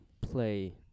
play